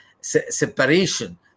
separation